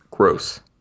Gross